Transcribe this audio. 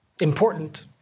important